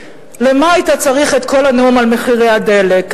למה היית צריך את כל הנאום על מחירי הדלק?